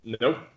Nope